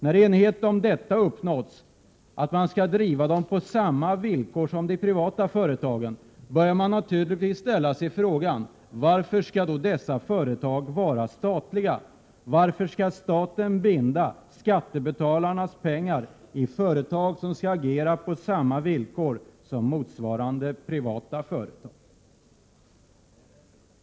När enighet uppnåtts om att dessa företag skall drivas på samma villkor som de privata företagen, börjar man naturligtvis ställa sig frågan varför dessa företag skall vara statliga. Varför skall staten binda skattebetalarnas pengar i företag som skall agera på samma villkor som motsvarande privata företag?